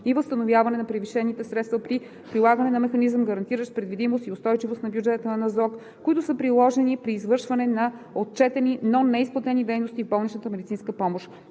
и възстановяване на превишените средства при прилагане на механизъм, гарантиращ предвидимост и устойчивост на бюджета на НЗОК, които са приложени при извършването на отчетени, но неизплатени дейности в болничната медицинска помощ.